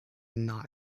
not